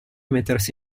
mettersi